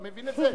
אתה מבין את זה,